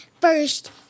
first